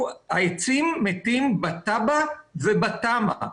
העצים מתים בתב"ע ובתמ"א.